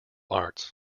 arts